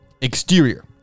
Exterior